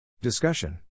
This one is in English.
Discussion